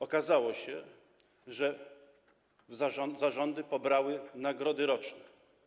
Okazało się, że zarządy pobrały nagrody roczne.